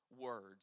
words